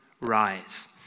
rise